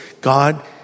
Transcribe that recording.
God